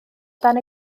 dan